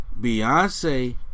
Beyonce